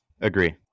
agree